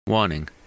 Warning